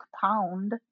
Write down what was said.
Pound